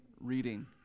reading